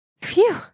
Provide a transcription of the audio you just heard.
Phew